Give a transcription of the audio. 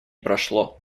прошло